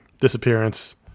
disappearance